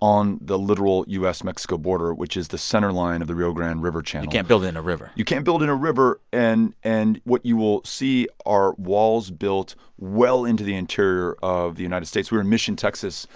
on the literal u s mexico border, which is the center line of the rio grande river channel. you can't build in a river you can't build in a river. and and what you will see are walls built well into the interior of the united states. we were in mission, texas,